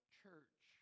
church